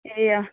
ए अँ